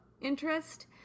interest